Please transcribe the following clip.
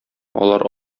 алар